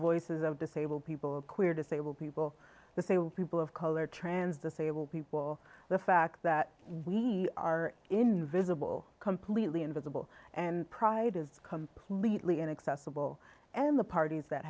voices of disabled people queer disabled people the same people of color trans the sable people the fact that we are invisible completely invisible and pride is completely inaccessible and the parties that